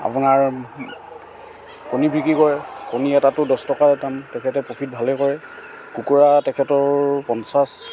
আপোনাৰ কণী বিক্ৰী কৰে কণী এটাতো দছ টকাৰ দাম তেখেতে প্ৰফিট ভালেই কৰে কুকুৰা তেখেতৰ পঞ্চাছ